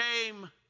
came